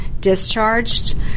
discharged